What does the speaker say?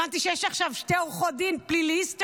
הבנתי שיש עכשיו שתי עורכות דין פליליסטיות